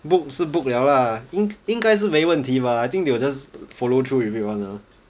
book 是 book liao lah 应该是没问题吧 I think they will just follow through if you want lah